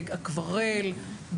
באקוורל,